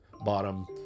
bottom